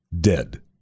dead